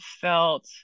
felt